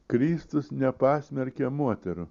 kristus nepasmerkė moterų